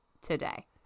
today